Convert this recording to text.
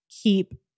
keep